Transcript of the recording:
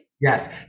Yes